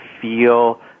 feel